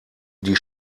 die